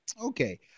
Okay